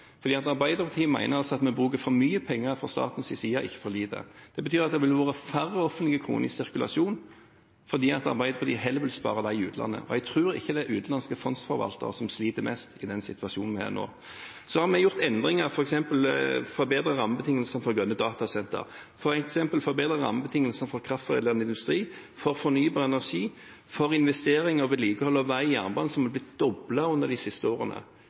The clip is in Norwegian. Arbeiderpartiet mener at vi bruker for mye penger fra statens side, og ikke for lite. Det betyr at det ville vært færre offentlige kroner i sirkulasjon, fordi Arbeiderpartiet heller vil spare dem i utlandet. Og jeg tror ikke det er utenlandske fondsforvaltere som sliter mest i den situasjonen vi er i nå. Så har vi gjort endringer, f.eks. forbedret rammebetingelsene for grønne datasentre, forbedret rammebetingelsene for kraftforedlende industri, for fornybar energi og for investering og vedlikehold av vei og jernbane, som er blitt doblet under de siste årene.